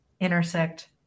intersect